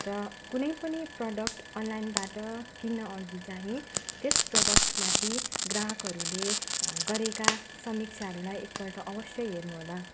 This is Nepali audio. र कुनै पनि प्रडक्ड अनलाइनबाट किन्न अघि चाहिँ त्यस प्रडक्टमाथि ग्राहकहरूले गरेका समीक्षाहरूलाई एकपल्ट अवश्य हेर्नू होला